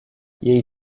jej